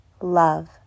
love